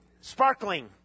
sparkling